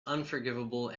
unforgivable